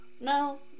No